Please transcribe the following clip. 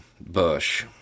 Bush